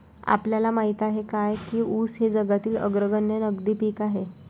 आपल्याला माहित आहे काय की ऊस हे जगातील अग्रगण्य नगदी पीक आहे?